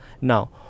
Now